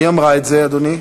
מי אמרה את זה, אדוני?